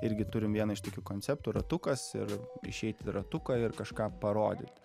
irgi turim vieną iš tokių konceptų ratukas ir išeiti ratuką ir kažką parodyt